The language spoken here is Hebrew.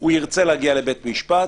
הוא ירצה להגיע לבית משפט,